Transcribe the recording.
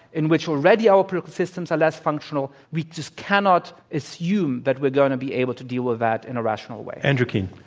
in which already our political systems are less functional. we just cannot assume that we are going to be able to deal with that in a rational way. andrew keen.